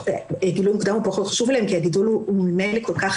גילוי מוקדם פחות חשוב להם כי הגידול ממילא כל כך